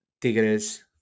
Tigres